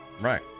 Right